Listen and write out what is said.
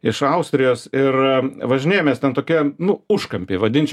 iš austrijos ir važinėjomės ten tokia nu užkampy vadinčiau užkampy ir